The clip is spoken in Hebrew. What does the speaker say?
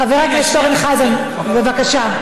חבר הכנסת אורן חזן, בבקשה.